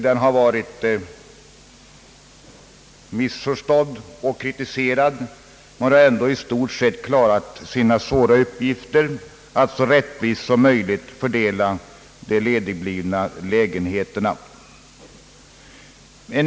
Den har varit missförstådd och kritiserad men ändå i stort sett klarat sina svåra uppgift att så rättvist som möjligt fördela de ledigblivna lägenheterna.